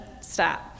stop